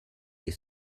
est